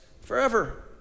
forever